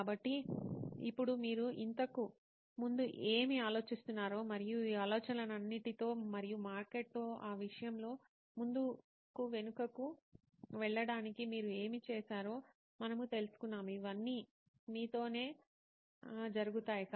కాబట్టి ఇప్పుడు మీరు ఇంతకు ముందు ఏమి ఆలోచిస్తున్నారో మరియు ఈ ఆలోచనలన్నిటితో మరియు మార్కెట్తో ఈ విషయంలో ముందుకు వెనుకకు వెళ్లడానికి మీరు ఏమి చేశారో మనము తెలుసుకున్నాము ఇవన్నీ మీతోనే జరుగుతాయి